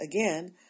again